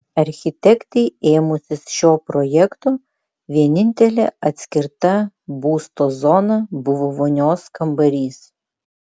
architektei ėmusis šio projekto vienintelė atskirta būsto zona buvo vonios kambarys